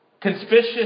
conspicuous